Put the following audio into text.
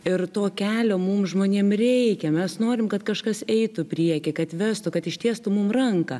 ir to kelio mum žmonėm reikia mes norim kad kažkas eitų priekyje kad vestų kad ištiestų mum ranką